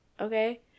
okay